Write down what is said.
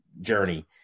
journey